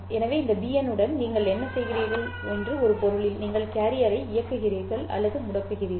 எனவே இந்த bn உடன் நீங்கள் என்ன செய்கிறீர்கள் என்று ஒரு பொருளில் நீங்கள் கேரியரை இயக்குகிறீர்கள் அல்லது முடக்குகிறீர்கள்